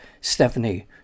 Stephanie